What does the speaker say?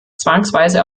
zwangsweise